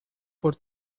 por